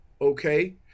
okay